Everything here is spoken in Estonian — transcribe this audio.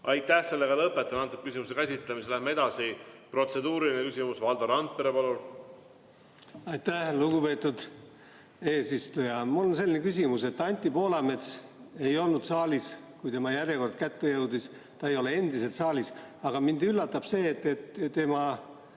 Aitäh! Lõpetan selle küsimuse käsitlemise. Läheme edasi. Protseduuriline küsimus, Valdo Randpere, palun! Aitäh, lugupeetud eesistuja! Mul on selline küsimus, et Anti Poolamets ei olnud saalis, kui tema järjekord kätte jõudis, ta ei ole endiselt saalis, aga mind üllatab see, et tema